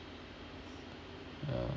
uh